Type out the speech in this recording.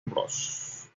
bros